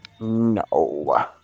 No